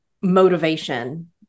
motivation